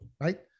right